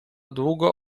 długo